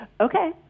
okay